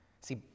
See